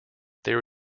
there